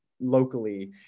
locally